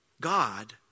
God